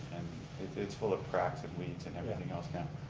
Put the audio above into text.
it's it's full of cracks and weeds and everything else now.